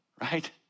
right